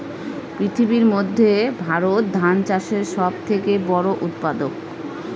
পৃথিবীর মধ্যে ভারত ধান চাষের সব থেকে বড়ো উৎপাদক